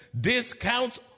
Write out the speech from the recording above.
discounts